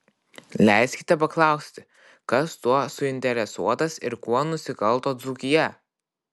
leiskite paklausti kas tuo suinteresuotas ir kuo nusikalto dzūkija